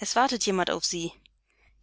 es wartet jemand auf sie